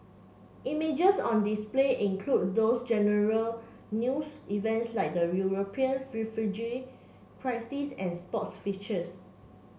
images on display include those general news events like the European refugee crisis and sports features